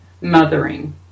mothering